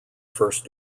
first